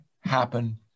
happen